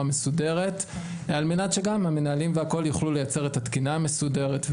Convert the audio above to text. מסודרת על מנת שהמנהלים יוכלו לייצר את התקינה המסודרת.